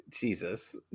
Jesus